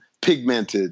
pigmented